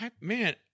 Man